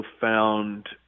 found